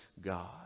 God